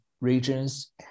regions